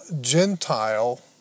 Gentile